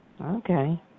Okay